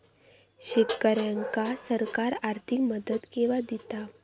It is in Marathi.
शेतकऱ्यांका सरकार आर्थिक मदत केवा दिता?